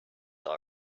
all